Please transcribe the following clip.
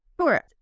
Sure